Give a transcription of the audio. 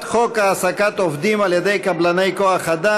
בעד,